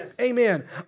Amen